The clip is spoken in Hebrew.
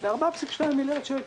ב-4.2 מיליארד שקל.